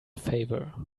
favor